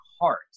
heart